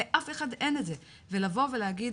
לאף אחד אין את זה ולבוא ולהגיד,